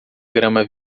grama